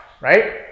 right